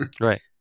Right